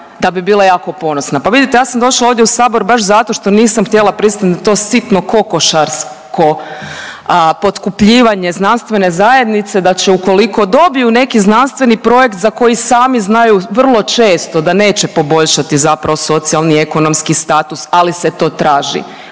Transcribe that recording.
da bi bila jako ponosna. Pa vidite, ja sam došla ovdje u sabor baš zato što nisam htjela pristat na to sitno kokošarsko potkupljivanje znanstvene zajednice da će ukoliko dobiju neki znanstveni projekt za koji sami znaju vrlo često da neće poboljšati zapravo socijalni i ekonomski status, ali se to traži,